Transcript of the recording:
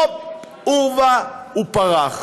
הופ, עורבא פרח,